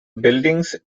buildings